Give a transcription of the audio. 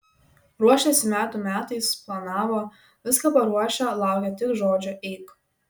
ruošėsi metų metais planavo viską paruošę laukė tik žodžio eik